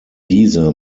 diese